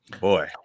Boy